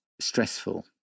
stressful